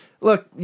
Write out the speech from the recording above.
look